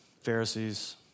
Pharisees